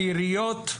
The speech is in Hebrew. העיריות,